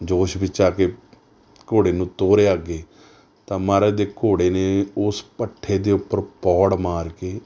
ਜੋਸ਼ ਵਿੱਚ ਆ ਕੇ ਘੋੜੇ ਨੂੰ ਤੋਰਿਆ ਅੱਗੇ ਤਾਂ ਮਹਾਰਾਜ ਦੇ ਘੋੜੇ ਨੇ ਉਸ ਭੱਠੇ ਦੇ ਉੱਪਰ ਪੌੜ ਮਾਰ ਕੇ